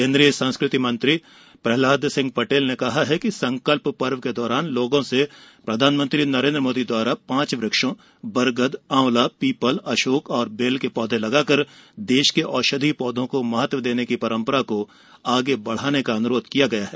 केन्द्रीय संस्कृति मंत्री प्रहलाद सिंह पटेल ने कहा है कि संकल्प पर्व के दौरान लोगों से प्रधानमंत्री नरेन्द्र मोदी द्वारा पांच वृक्षों बरगद आंवला पीपल अशोक और बेल के पौधे लगाकर देश के औषधीय पौधों को महत्व देने की परम्परा को आगे बढ़ाने का अनुरोध किया गया है